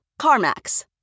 CarMax